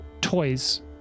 toys